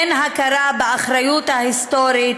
אין הכרה באחריות ההיסטורית.